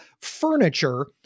furniture